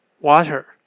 water